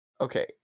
okay